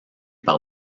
par